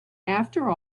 after